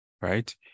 right